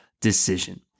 decision